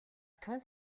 тун